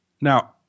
Now